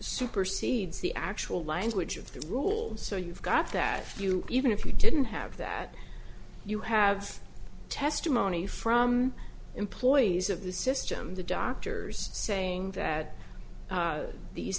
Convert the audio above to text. supersedes the actual language of the rule so you've got that you even if you didn't have that you have testimony from employees of the system the doctors saying that these